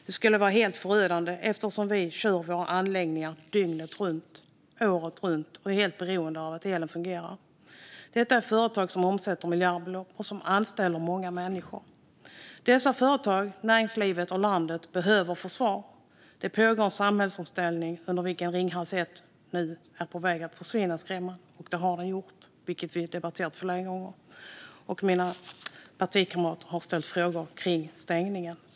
Det skulle vara helt förödande eftersom vi kör våra anläggningar dygnet runt, året runt och är helt beroende av att elen fungerar." Detta är företag som omsätter miljardbelopp och som anställer många människor. Dessa företag, näringslivet och landet behöver få svar. Vi har flera gånger debatterat att det pågår en samhällsomställning och att Ringhals 1 varit på väg att försvinna, vilket den nu också har gjort. Mina partikamrater och jag har ställt frågor kring stängningen.